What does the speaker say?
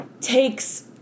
takes